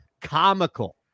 comical